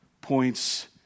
points